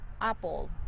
Apple